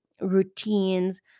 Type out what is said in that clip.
routines